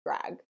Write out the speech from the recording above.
drag